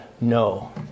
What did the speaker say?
no